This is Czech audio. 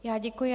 Já děkuji.